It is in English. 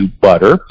butter